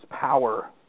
power